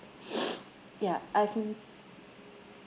ya I think